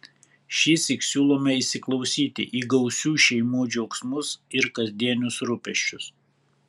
šįsyk siūlome įsiklausyti į gausių šeimų džiaugsmus ir kasdienius rūpesčius